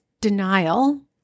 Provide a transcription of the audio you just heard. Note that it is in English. denial